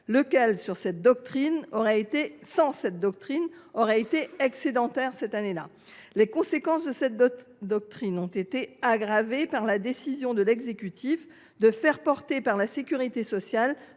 lequel, sans cette doctrine, aurait été excédentaire cette année là. Les conséquences de cette doctrine ont été aggravées par la décision de l’exécutif de faire porter par la sécurité sociale